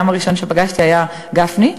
האדם הראשון שפגשתי היה גפני.